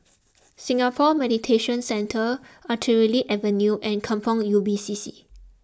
Singapore Mediation Centre Artillery Avenue and Kampong Ubi C C